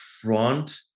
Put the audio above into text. front